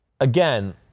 again –